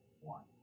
one